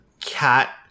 cat